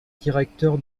directeur